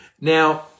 Now